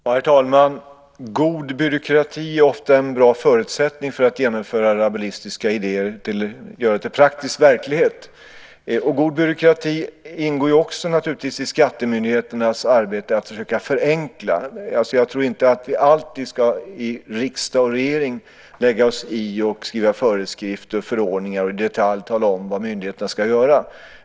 Herr talman! God byråkrati är ofta en bra förutsättning för att genomföra rabulistiska idéer och göra dem till praktisk verklighet. God byråkrati ingår också i skattemyndigheternas arbete att försöka förenkla. Jag tror inte att vi i riksdagen och regeringen alltid ska lägga oss i och skriva föreskrifter och förordningar och i detalj tala om vad myndigheterna ska göra.